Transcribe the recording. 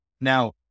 Now